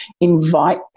invite